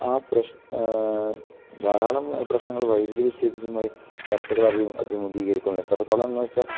ആ പ്രശ്നം ധാരാളം പ്രശ്നങ്ങൾ വൈദ്യുതി വിച്ഛേദിച്ചതുമായി കർഷകർ അഭിമുഖീകരിക്കുന്നു അഭിമുഖീകരിക്കുന്നു എത്രത്തോളം എന്ന് വെച്ചാൽ